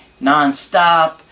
nonstop